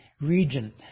region